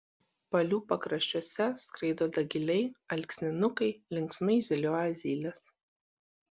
palių pakraščiuose skraido dagiliai alksninukai linksmai zylioja zylės